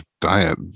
diet